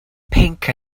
pinc